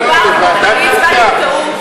אני הצבעתי בטעות.